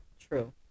true